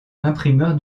imprimeur